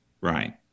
Right